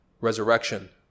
resurrection